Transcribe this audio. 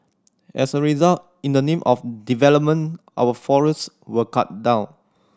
as a result in the name of development our forests were cut down